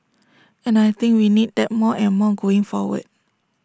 and I think we need that more and more going forward